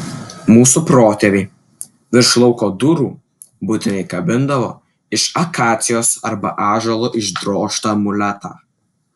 mūsų protėviai virš lauko durų būtinai kabindavo iš akacijos arba ąžuolo išdrožtą amuletą